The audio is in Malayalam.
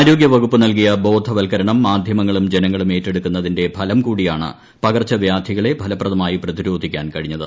ആരോഗ്യ വകുപ്പ് നൽകിയ ബോധവത്ക്കരണം മാധ്യമങ്ങളും ജനങ്ങളും ഏറ്റെടുത്തിന്റെ ഫലം കൂടിയാണ് പകർച്ചവൃാധികളെ ഫലപ്രദമായി പ്രതിരോധിക്കാൻ കഴിഞ്ഞത്